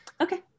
Okay